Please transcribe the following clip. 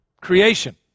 creation